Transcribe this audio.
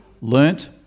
learnt